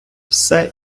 все